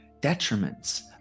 detriments